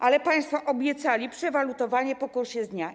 Ale państwo obiecali przewalutowanie po kursie z dnia.